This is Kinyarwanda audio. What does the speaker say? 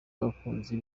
abakunzi